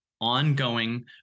ongoing